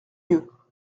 lieues